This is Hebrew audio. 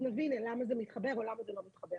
נבין למה זה מתחבר או למה זה לא מתחבר.